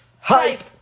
Hype